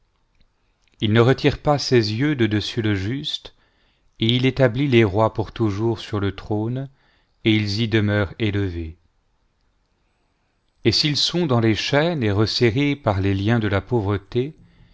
il ne retire pas ses yeux de dessus le juste et il établit les rois pour toujours sur le trône et ils y demeurent élevés et s'ils sont dans les chaînes et resserrés par les liens de la pauvreté